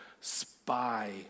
Spy